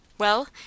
Well